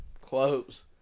Close